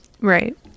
Right